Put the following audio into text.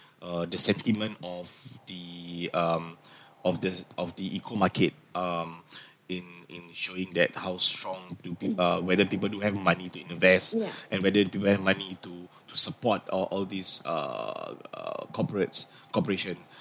uh the sentiment of the um of this of the eco-market um in in showing that how strong to peo~ uh whether people do have money to invest and whether do they have money to to support all all these err err corporates corporation